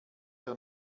der